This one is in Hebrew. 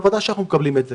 בוודאי שאנחנו מקבלים את זה